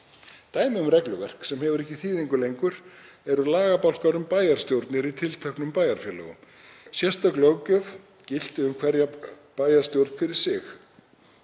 Dæmi um regluverk sem hefur ekki þýðingu lengur eru lagabálkar um bæjarstjórnir í tilteknum bæjarfélögum. Sérstök löggjöf gilti um hverja bæjarstjórn fyrir sig.